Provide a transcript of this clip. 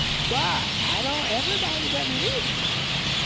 but i know everybody doesn't read it that way.